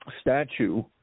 statue